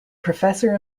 professor